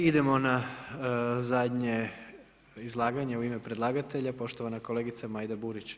I idemo na zadnje izlaganje u ime predlagatelja, poštovana kolegica Majda Burić.